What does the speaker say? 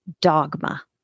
dogma